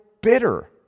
bitter